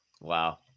Wow